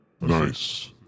Nice